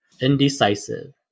Indecisive